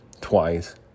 twice